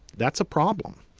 that's a problem.